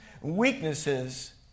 weaknesses